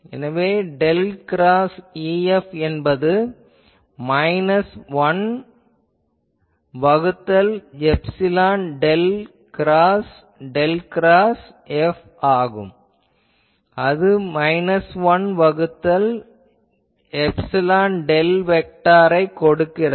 எனவே del cross EF என்பது minus 1 வகுத்தல் epsilon del cross del cross F ஆகும் அது மைனஸ் 1 வகுத்தல் எப்சிலான் டெல் வெக்டாரைக் கொடுக்கிறது